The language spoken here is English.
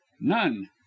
none